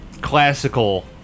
classical